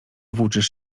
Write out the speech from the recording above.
włóczysz